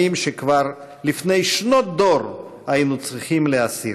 שכבר לפני שנות דור היינו צריכים להסיר.